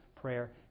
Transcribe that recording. prayer